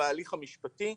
בהליך המשפטי